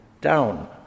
down